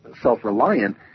self-reliant